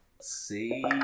See